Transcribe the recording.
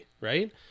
right